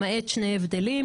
למעט שני הבדלים: